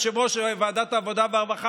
יושב-ראש ועדת העבודה והרווחה,